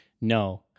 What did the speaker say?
No